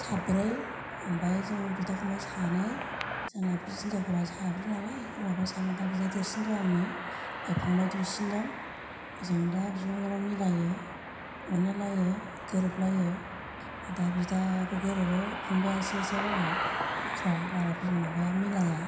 साब्रै ओमफ्राय जोंना बिदा फंबाय सानै जोंना हिनजावफोरा साब्रै नालाय हौवाफ्रा सानै दा बिदा देरसिन दं आंनि ओमफ्राय फंबाय दुइसिन दं जों दा बिब' बिनानाव मिलायो अनलायलायो गोरोबलायो आर बिदायाबो गोरोबो फंबायासो इसे बारा अख्रा बारा मिलाया